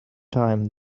time